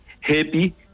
happy